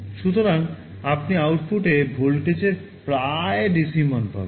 সুতরাং আপনি আউটপুটে ভোল্টেজের প্রায় DC মান পাবেন